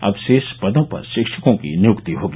अब शेष पदों पर शिक्षकों की नियुक्ति होगी